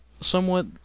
somewhat